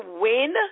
win